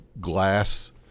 glass